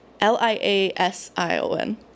L-I-A-S-I-O-N